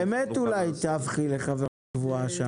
באמת אולי תהפכי לחברה קבועה.